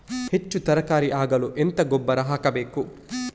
ಹೆಚ್ಚು ತರಕಾರಿ ಆಗಲು ಎಂತ ಗೊಬ್ಬರ ಹಾಕಬೇಕು?